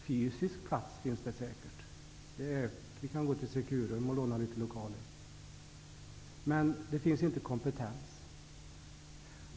Fysisk plats finns det säkert -- man kan vända sig till Securum för att låna litet lokaler -- men det finns inte kompetens.